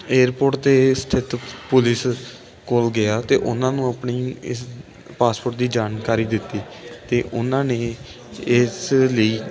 airport 'ਤੇ ਸਥਿਤ police ਕੋਲ ਗਿਆ ਅਤੇ ਉਹਨਾਂ ਨੂੰ ਆਪਣੀ ਇਸ ਪਾਸਪੋਰਟ ਦੀ ਜਾਣਕਾਰੀ ਦਿੱਤੀ ਅਤੇ ਉਹਨਾਂ ਨੇ ਇਸ ਲਈ